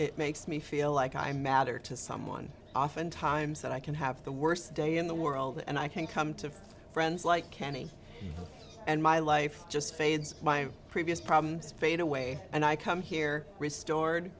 it makes me feel like i matter to someone often times that i can have the worst day in the world and i can come to friends like kenny and my life just fades my previous problems fade away and i come here restored